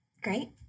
Great